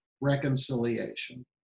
reconciliation